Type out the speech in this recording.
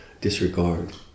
disregard